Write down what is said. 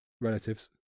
relatives